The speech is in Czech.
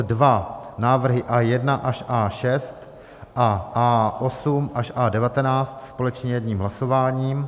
2. návrhy A1 až A6 a A8 až A19 společně jedním hlasováním